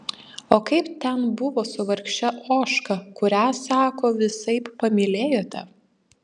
o kaip ten buvo su vargše ožka kurią sako visaip pamylėjote